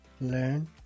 learn